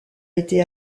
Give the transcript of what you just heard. été